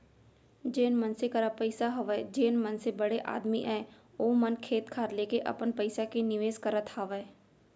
जेन मनसे करा पइसा हवय जेन मनसे बड़े आदमी अय ओ मन खेत खार लेके अपन पइसा के निवेस करत हावय